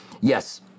Yes